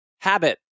habit